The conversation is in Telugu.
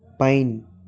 పైన్